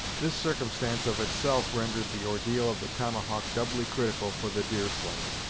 this circumstance of itself rendered the ordeal of the tomahawk doubly critical for the deerslayer.